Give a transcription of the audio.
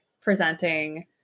presenting